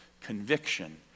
conviction